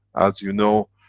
as you know,